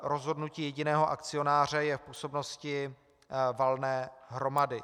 Rozhodnutí jediného akcionáře je v působnosti valné hromady.